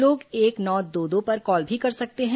लोग एक नौ दो दो पर कॉल भी कर सकते हैं